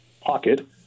pocket